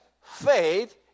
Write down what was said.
faith